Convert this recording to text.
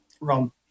wrong